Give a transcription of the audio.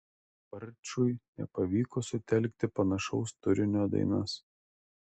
barčui nepavyko sutelkti panašaus turinio dainas